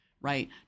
Right